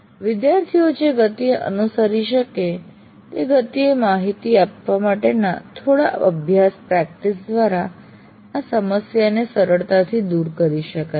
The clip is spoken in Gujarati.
વિદ્યાર્થીઓ જે ગતિએ અનુસરી શકે તે ગતિએ માહતી આપવા માટેના થોડા અભ્યાસ પ્રેક્ટિસ દ્વારા આ સમસ્યાને સરળતાથી દૂર કરી શકાય છે